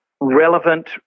relevant